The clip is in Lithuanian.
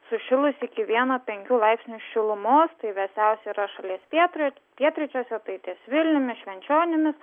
sušilusi iki vieno penkių laipsnių šilumos tai vėsiausia yra šalies pietryčių pietryčiuose tai ties vilniumi švenčionimis